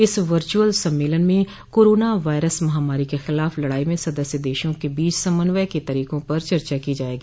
इस वर्चअल सम्मेलन में कोरोना वायरस महामारी के खिलाफ लड़ाई में सदस्य देशों के बीच समन्वय के तरीकों पर चर्चा की जाएगी